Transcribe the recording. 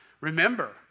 remember